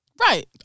Right